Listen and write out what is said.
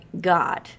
God